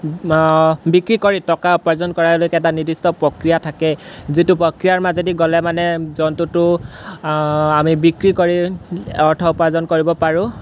বিক্ৰী কৰি টকা উপাৰ্জন কৰালৈকে এটা নিৰ্দিষ্ট প্ৰক্ৰিয়া থাকে যিটো প্ৰক্ৰিয়াৰ মাজেদি গ'লে মানে জন্তুটো আমি বিক্ৰী কৰি অৰ্থ উপাৰ্জন কৰিব পাৰোঁ